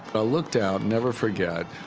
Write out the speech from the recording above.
i looked out, never forget,